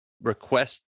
Request